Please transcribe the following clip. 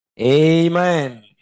Amen